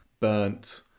burnt